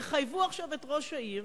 הן יחייבו עכשיו את ראש העיר